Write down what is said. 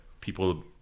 people